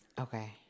Okay